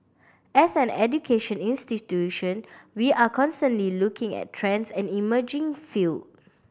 as an education institution we are constantly looking at trends and emerging field